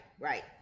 Right